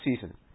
season